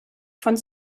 von